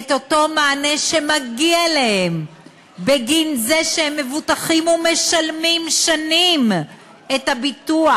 אותו מענה שמגיע להם בגין זה שהם מבוטחים ומשלמים שנים את הביטוח,